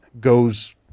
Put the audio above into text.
goes